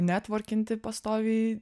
netvarkinti pastoviai